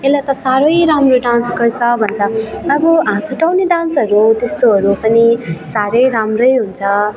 यसले त साह्रै राम्रो डान्स गर्छ भन्छ अब हाँस उठाउने डान्सहरू हो त्यस्तोहरू पनि साह्रै राम्रै हुन्छ